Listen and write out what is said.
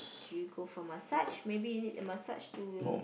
do you go for massage maybe you need a massage to